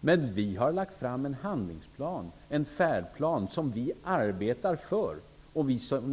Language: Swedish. Men vi har lagt fram en handlingsplan, en färdplan, som vi arbetar för.